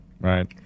Right